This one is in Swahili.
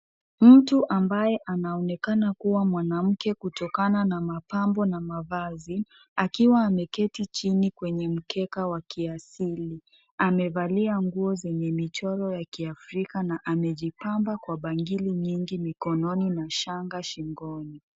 Mtu ambaye anaonekana kuwa mwanamke kutokana na mapambo na mavazi. Akiwa ameketi chini kwenye mkeka wa kiasili. Amevalia nguo zenye michoro ya kiafrika na amejipamba kwa bangili nyingi mikononi na shanga shingo.